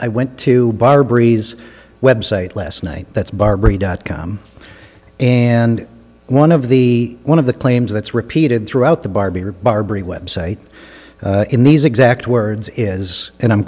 i went to bar breeze website last night that's barbary dot com and one of the one of the claims that is repeated throughout the barbier barbary website in these exact words is and i'm